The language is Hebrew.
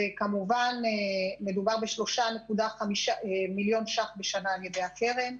מדובר ב-3.5 מיליון ₪ בשנה מהקרן.